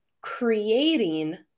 creating